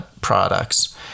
products